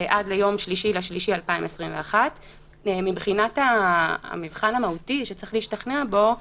עד ליום 3 במרץ 2021. מבחינת המבחן המהותי שצריך להשתכנע בו,